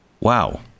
Wow